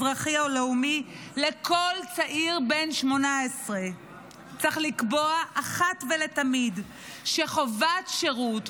אזרחי או לאומי לכל צעיר בן 18. צריך לקבוע אחת ולתמיד שחובת שירות,